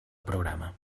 programa